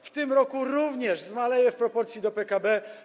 W tym roku również zmaleje w proporcji do PKB.